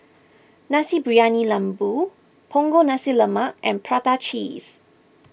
Nasi Briyani Lembu Punggol Nasi Lemak and Prata Cheese